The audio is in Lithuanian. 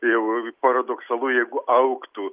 jau paradoksalu jeigu augtų